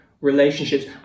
relationships